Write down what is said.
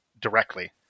directly